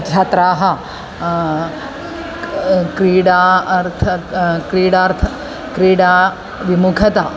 छात्राः क्रीडा अर्थ क्रीडार्थं क्रीडा विमुखता